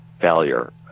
failure